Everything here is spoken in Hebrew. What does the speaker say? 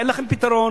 אין לכם פתרון.